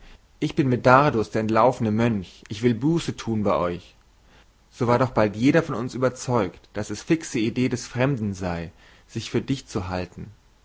ich bin medardus der entlaufene mönch ich will buße tun bei euch so war doch bald jeder von uns überzeugt daß es fixe idee des fremden sei sich für dich zu halten